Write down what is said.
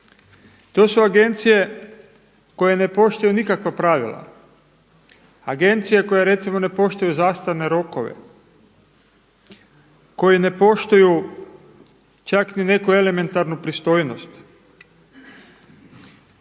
To su agencije koje ne poštuju nikakva pravila, agencija koja recimo ne poštuje zastarne rokove, koji ne poštuju čak niti neku elementarnu pristojnost,